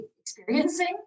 experiencing